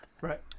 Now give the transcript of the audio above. Right